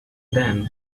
then